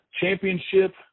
championship